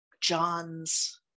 John's